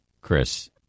Chris